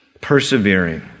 persevering